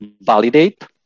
validate